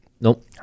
Nope